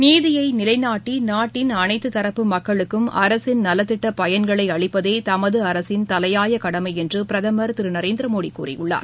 நீதியை நிலைநாட்டி நாட்டின் அனைத்து தரப்பு மக்களுக்கும் அரசின் நலத்திட்ட பயன்களை அளிப்பதே தமது அரசின் தலையாய கடமை என்று பிரதமர் திரு நரேந்திரமோடி கூறியுள்ளார்